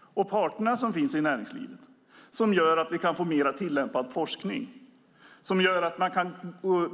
och parterna som finns i näringslivet som gör att vi kan få mer tillämpad forskning, så att man kan